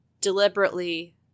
deliberately